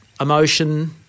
emotion